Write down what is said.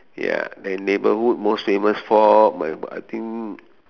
ya then neighborhood most famous for I think